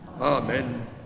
Amen